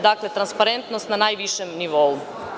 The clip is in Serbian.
Dakle transparentnost na najvišem nivou.